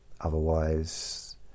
Otherwise